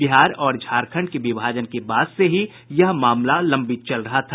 बिहार और झारखंड के विभाजन के बाद से ही यह मामला लंबित चल रहा था